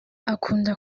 akunda